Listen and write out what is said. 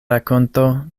rakonto